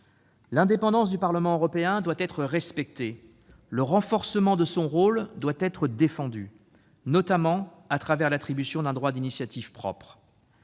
L'indépendance du Parlement européen doit être respectée, le renforcement de son rôle doit être défendu, notamment à travers l'attribution d'un droit d'initiative propre.